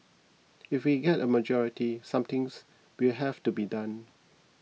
if we get a majority somethings will have to be done